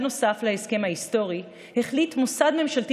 נוסף להסכם ההיסטורי החליט מוסד ממשלתי